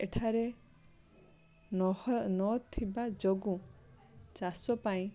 ଏଠାରେ ନହ ନଥିବା ଯୋଗୁଁ ଚାଷ ପାଇଁ